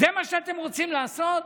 זה מה שאתם רוצים לעשות?